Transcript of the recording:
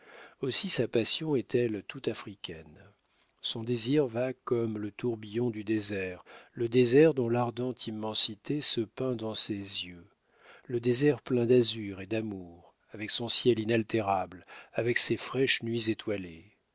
aussi sa passion est-elle tout africaine son désir va comme le tourbillon du désert le désert dont l'ardente immensité se peint dans ses yeux le désert plein d'azur et d'amour avec son ciel inaltérable avec ces fraîches nuits étoilées